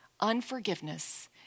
unforgiveness